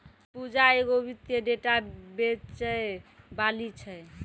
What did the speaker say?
पूजा एगो वित्तीय डेटा बेचैबाली छै